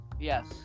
Yes